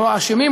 אינם האשמים,